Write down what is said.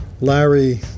Larry